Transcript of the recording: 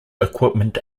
equipment